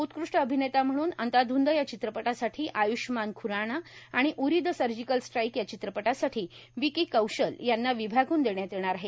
उत्कृष्ट अभिनेता म्हणून अंधाधूंद या चित्रपटासाठी आयुष्यमान खूराणा आणि उरी द सर्जिकल स्ट्राईक या चित्रपटासाठी विक्की कौशल यांना विभागून देण्यात येणार आहे